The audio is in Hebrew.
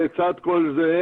בצד כל זה,